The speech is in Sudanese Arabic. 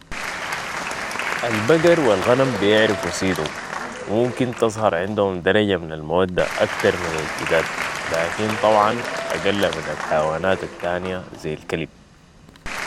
البقر و الغنم بيعرفو سيدهم و ممكن تظهر عندهم درجة من المودة اكتر من الجداد ، لكن طبعاً أقل من الحيوانات التانية زي الكلب